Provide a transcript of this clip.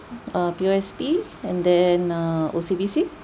uh P_O_S_B and then uh O_C_B_C